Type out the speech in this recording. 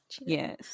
Yes